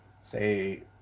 say